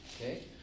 Okay